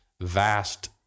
vast